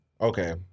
Okay